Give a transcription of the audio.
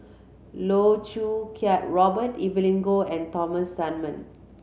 Loh Choo Kiat Robert Evelyn Goh and Thomas Dunman